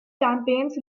campaigns